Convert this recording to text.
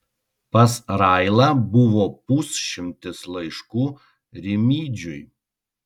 pas railą buvo pusšimtis laiškų rimydžiui